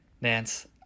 Nance